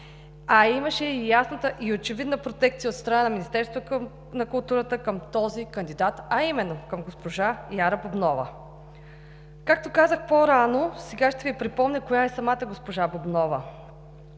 а имаше ясна и очевидна протекция от страна на Министерството на културата към този кандидат, а именно към госпожа Яра Бубнова. Както казах по-рано, сега ще Ви припомня коя е самата госпожа Бубнова.